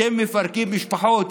אתם מפרקים משפחות,